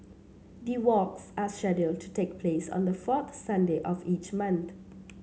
the walks are scheduled to take place on the fourth Sunday of each month